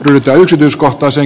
mitä yksityiskohtaisen